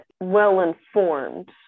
well-informed